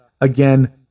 Again